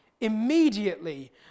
Immediately